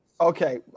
Okay